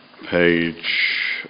page